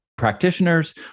Practitioners